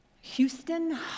houston